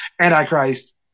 Antichrist